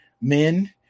men